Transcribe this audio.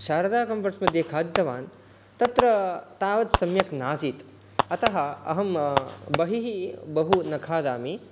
Sharada Comforts मध्ये खादितवान् तत्र तावत् सम्यक् नासीत् अतः अहं बहिः बहु न खादामि